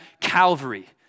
Calvary